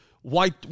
White